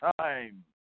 time